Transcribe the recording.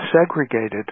segregated